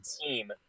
team